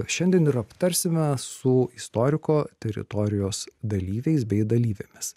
šiandien ir aptarsime su istoriko teritorijos dalyviais bei dalyvėmis